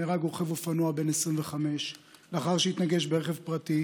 נהרג רוכב אופנוע בן 25 לאחר שהתנגש ברכב פרטי